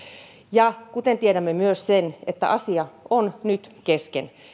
kuten tiedämme myös sen asia on nyt kesken